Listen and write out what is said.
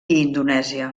indonèsia